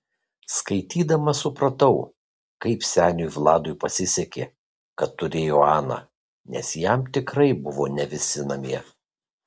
skaitydama supratau kaip seniui vladui pasisekė kad turėjo aną nes jam tikrai buvo ne visi namie